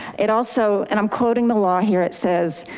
it also, and i'm quoting the law here it says,